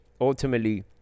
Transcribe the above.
ultimately